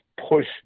push